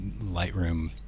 Lightroom